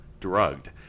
drugged